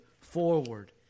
forward